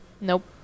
Nope